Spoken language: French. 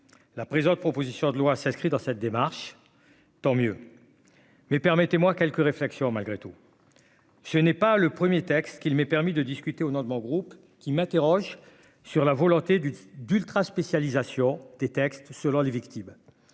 la présente proposition de loi s'inscrit dans cette démarche, tant mieux mais permettez-moi quelques réflexions, malgré tout, ce n'est pas le 1er texte qu'il m'ait permis de discuter au nom de mon groupe qui m'interroge sur la volonté du d'ultra spécialisation des textes selon les victimes,